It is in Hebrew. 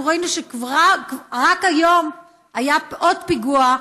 אנחנו ראינו שרק היום היה עוד פיגוע,